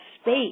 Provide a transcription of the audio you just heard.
space